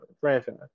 franchise